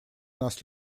нас